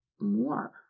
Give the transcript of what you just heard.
more